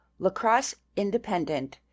lacrosseindependent